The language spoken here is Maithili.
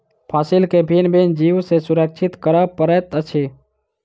फसील के भिन्न भिन्न जीव सॅ सुरक्षित करअ पड़ैत अछि